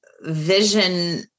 vision